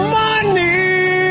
money